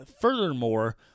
furthermore